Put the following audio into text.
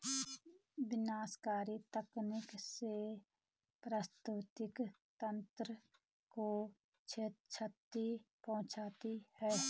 विनाशकारी तकनीक से पारिस्थितिकी तंत्र को क्षति पहुँचती है